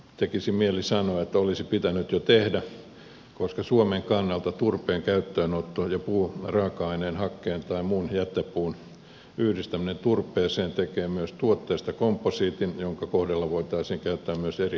tekisi mieli sanoa että se olisi pitänyt jo tehdä koska suomen kannalta turpeen käyttöönotto ja puuraaka aineen hakkeen tai muun jätepuun yhdistäminen turpeeseen tekee myös tuotteesta komposiitin jonka kohdalla voitaisiin käyttää myös eri verotusta